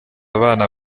abana